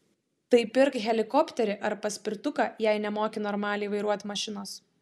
tai pirk helikopterį ar paspirtuką jei nemoki normaliai vairuot mašinos